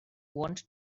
want